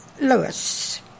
Lewis